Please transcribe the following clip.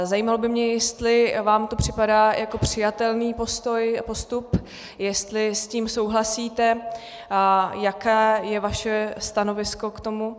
Zajímalo by mě, jestli vám to připadá jako přijatelný postup, jestli s tím souhlasíte, jaké je vaše stanovisko k tomu.